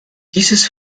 dieses